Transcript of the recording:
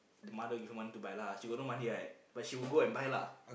the mother give her money to buy lah she got no money right but she will buy lah